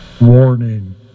Warning